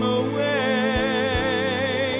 away